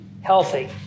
healthy